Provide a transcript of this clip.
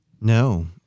No